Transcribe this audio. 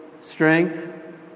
strength